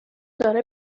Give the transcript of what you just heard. داره